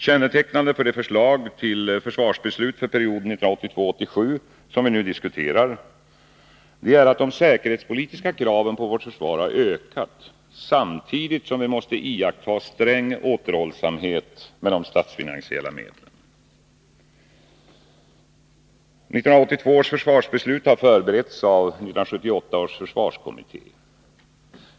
Kännetecknande för det förslag till försvarsbeslut för perioden 1982-1987 som vi nu diskuterar är att de säkerhetspolitiska kraven på vårt försvar har ökat samtidigt som vi måste iaktta sträng återhållsamhet med de statsfinansiella medlen. 1982 års försvarsbeslut har förberetts av 1978 års försvarskommitté.